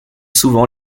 souvent